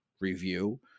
review